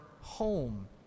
home